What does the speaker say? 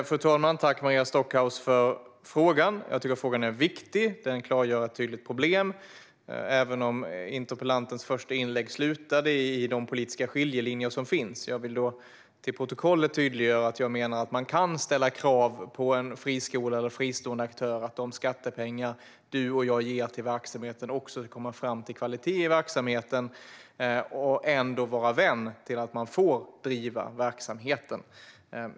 Fru talman! Tack, Maria Stockhaus, för frågan! Jag tycker att frågan är viktig. Den klargör ett tydligt problem, även om interpellantens första inlägg slutade i de politiska skiljelinjer som finns. Jag vill för protokollets skull tydliggöra att jag menar att man kan ställa krav på en friskola eller en fristående aktör om att de skattepengar som du och jag ger till verksamheten också ska komma fram till kvalitet i denna och ändå vara en vän av att verksamheten får drivas.